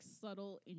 subtle